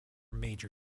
major